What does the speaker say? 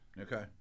Okay